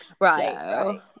Right